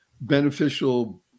beneficial